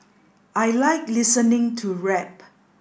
I like listening to rap